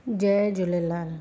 Jay Jhulelal